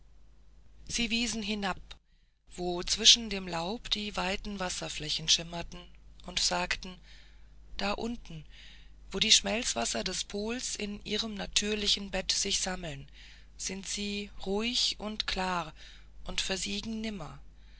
sie wiesen hinab wo zwischen dem laub die weiten wasserflächen schimmerten und sagten da unten wo die schmelzwasser des pols in ihrem natürlichen bett sich sammeln sind sie klar und ruhig und versiegen nimmer